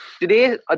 today